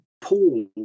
Paul